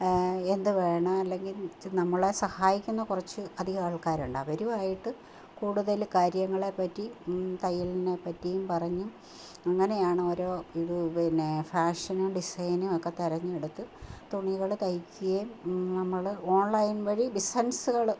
എന്തു വേണം അല്ലെങ്കിൽ നമ്മളെ സഹായിക്കുന്ന കുറച്ച് അധികം ആൾക്കാരുണ്ട് അവരുമായിട്ടു കൂടുതൽ കാര്യങ്ങളെ പറ്റി തയ്യലിനെ പറ്റിയും പറഞ്ഞ് അങ്ങനെയാണ് ഓരോ ഇതു പിന്നെ ഫാഷനും ഡിസൈനൊക്കെ തിരഞ്ഞെടുത്തു തുണികൾ തയ്ക്കുകയും നമ്മൾ ഓൺലൈൻ വഴി ബിസിനസ്സുകൾ